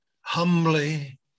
humbly